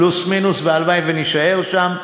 פלוס מינוס, והלוואי שנישאר שם,